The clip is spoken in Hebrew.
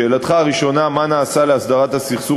שאלתך הראשונה: מה נעשה להסדרת הסכסוך